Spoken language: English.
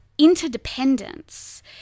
interdependence